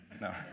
No